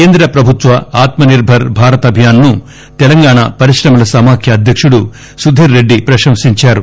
కేంద్ర ప్రభుత్వ ఆత్మ నిర్బర్ భారత్ అభియాన్ ను తెలంగాణ పరిశ్రమల సమాఖ్య అధ్యకుడు సుధీర్ రెడ్డి ప్రశంసించారు